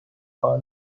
کار